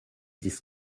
this